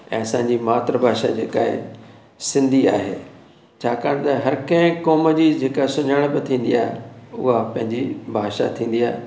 ऐं असांजी मातृ भाषा जेका आहे सिंधी आहे छाकाणि त हर कंहिं कौम जी जेका सुञाणपु थींदी आहे उहा पंहिंजी भाषा थींदी आहे